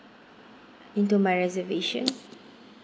into my reservation